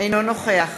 אינו נוכח